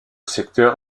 secteur